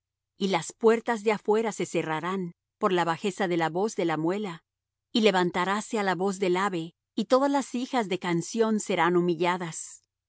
y las puertas de afuera se cerrarán por la bajeza de la voz de la muela y levantaráse á la voz del ave y todas las hijas de canción serán humilladas